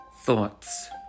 thoughts